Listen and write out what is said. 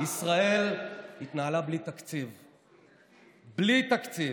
ישראל התנהלה בלי תקציב.